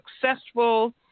successful